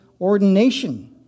ordination